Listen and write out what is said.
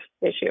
issue